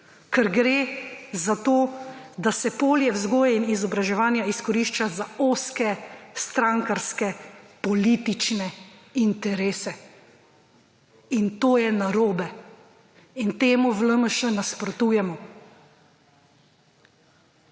kar gre za to, da se polje vzgoje in izobraževanja izkorišča za ostre strankarske politične interese in to je narobe in temu v LMŠ nasprotujemo.